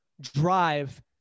drive